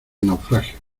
naufragio